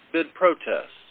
the protests